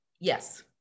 Yes